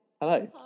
Hello